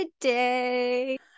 today